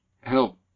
help